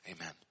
amen